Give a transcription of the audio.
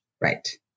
right